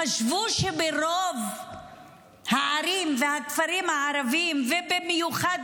חשבו שברוב הערים והכפרים הערביים במיוחד